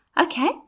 Okay